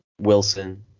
Wilson